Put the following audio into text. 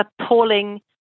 appalling